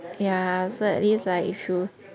ya so at least like through